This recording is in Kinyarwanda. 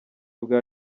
bwa